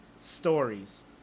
stories